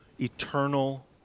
eternal